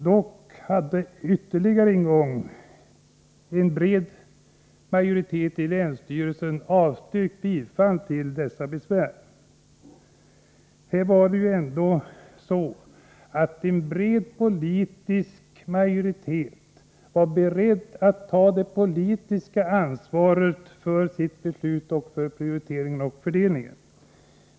Dock hade ytterligare en gång en bred majoritet i länsstyrelsen avstyrkt bifall till dessa besvär: En bred politisk majoritet var alltså beredd att ta det politiska ansvaret för sitt beslut och för prioriteringen av fördelningen.